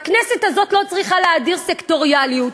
הכנסת הזאת לא צריכה להאדיר סקטוריאליות.